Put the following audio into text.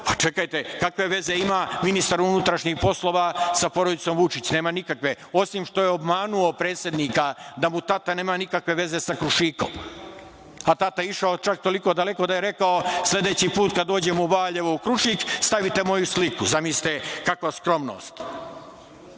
čekajte, kakve veze ima ministar unutrašnjih poslova sa porodicom Vučić? Nema nikakve, osim što je obmanuo predsednika da mu tata nema nikakve veze sa Krušikom, a tata išao čak toliko daleko da je rekao - sledeći put kada dođemo u Valjevo u Krušik, stavite moju sliku. Zamislite kakva skromnost.